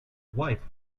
wife